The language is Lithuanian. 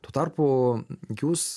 tuo tarpu jūs